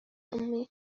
أمي